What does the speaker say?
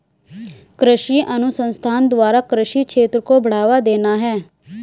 कृषि अनुसंधान द्वारा कृषि क्षेत्र को बढ़ावा देना है